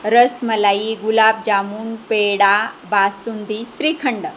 rasmalai gulab jamun peda basundi shrikhand